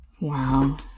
Wow